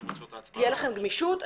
תהיה לכם גמישות.